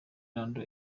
lando